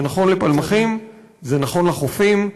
זה נכון לפלמחים, זה נכון לחופים,